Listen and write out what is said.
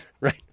Right